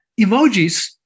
emojis